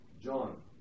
John